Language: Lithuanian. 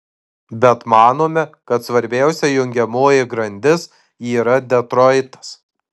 bet manome kad svarbiausia jungiamoji grandis yra detroitas